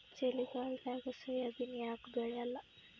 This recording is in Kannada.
ಚಳಿಗಾಲದಾಗ ಸೋಯಾಬಿನ ಯಾಕ ಬೆಳ್ಯಾಲ?